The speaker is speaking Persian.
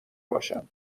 باشم